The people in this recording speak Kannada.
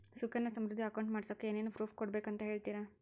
ಸುಕನ್ಯಾ ಸಮೃದ್ಧಿ ಅಕೌಂಟ್ ಮಾಡಿಸೋಕೆ ಏನೇನು ಪ್ರೂಫ್ ಕೊಡಬೇಕು ಅಂತ ಹೇಳ್ತೇರಾ?